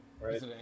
right